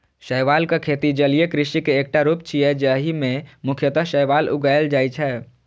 शैवालक खेती जलीय कृषि के एकटा रूप छियै, जाहि मे मुख्यतः शैवाल उगाएल जाइ छै